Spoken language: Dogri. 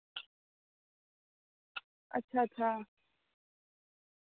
अच्छा अच्छा